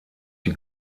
die